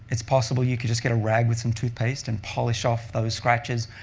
it's possible you could just get a rag with some toothpaste and polish off those scratches.